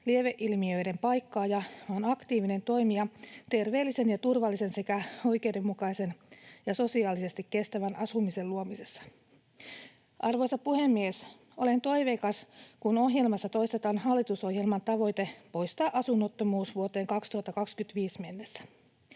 lieveilmiöiden paikkaaja vaan aktiivinen toimija terveellisen ja turvallisen sekä oikeudenmukaisen ja sosiaalisesti kestävän asumisen luomisessa. Arvoisa puhemies! Olen toiveikas, kun ohjelmassa toistetaan hallitusohjelman tavoite poistaa asunnottomuus vuoteen 2025 mennessä.